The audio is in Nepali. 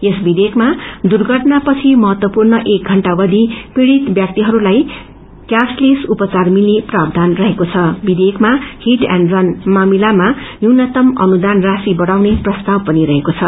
यस विषेयकमा दुर्घटनापछि महत्वपूर्ण एक बण्टा अवधि पीड़ित व्याक्तिहरूलाई क्यासलेस उपचार मिल्ने प्रावधान रहेको छाविवेयक्रमा हिट एण्ड रन मामिलामा न्यूनतम अनुदान राशि बढ़ाउने प्रस्ताव पनि रहेको छ